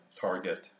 target